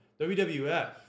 WWF